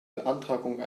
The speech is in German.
beantragung